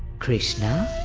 krishna!